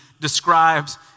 describes